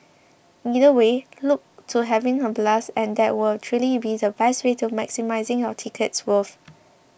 either way look to having a blast and that will truly be the best way to maximising your ticket's worth